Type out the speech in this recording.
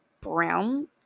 brown